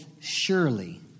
surely